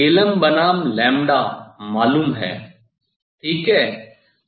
कि मुझे बनाम तरंगदैर्ध्य मालूम है ठीक है